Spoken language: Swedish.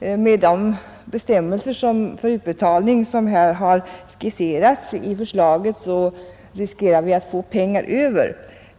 vi med de bestämmelser för utbetalning som har skisserats i förslaget riskerar att få pengar över.